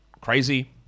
crazy